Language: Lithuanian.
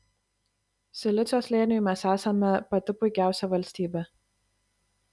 silicio slėniui mes esame pati puikiausia valstybė